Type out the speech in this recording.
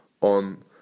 on